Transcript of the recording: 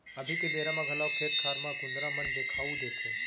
अभी के बेरा म घलौ खेत खार म कुंदरा मन देखाउ देथे